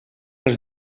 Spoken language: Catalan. els